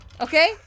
okay